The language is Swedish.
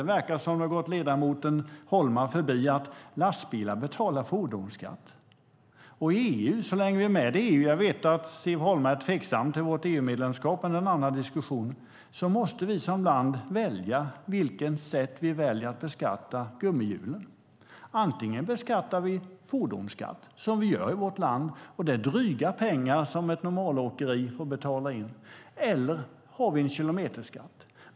Det verkar som att det har gått ledamoten Holma förbi att lastbilar betalar fordonsskatt. Så länge vi är med i EU - jag vet att Siv Holma är tveksam till vårt EU-medlemskap, men det är en annan diskussion - måste vi som land välja vilket sätt vi ska beskatta gummihjulen på. Antingen använder vi fordonsskatt - det gör vi i vårt land, och det är dryga pengar ett normalåkeri får betala in - eller också har vi en kilometerskatt.